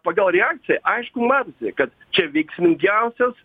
pagal reakciją aišku matosi kad čia veiksmingiausias